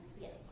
Yes